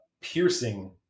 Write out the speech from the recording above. piercing